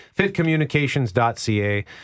Fitcommunications.ca